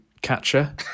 catcher